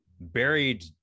buried